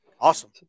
awesome